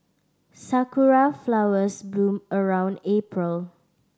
sakura flowers bloom around April